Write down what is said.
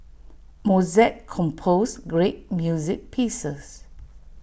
Mozart composed great music pieces